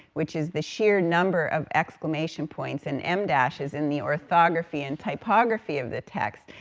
which is the sheer number of exclamation points and em dashes in the orthography and typography of the text.